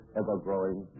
ever-growing